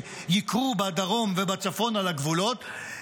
בדרום ובצפון על הגבולות,